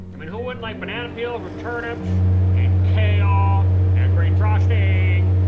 i mean, who wouldn't like banana peels with turnips and kale and green frosting.